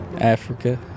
Africa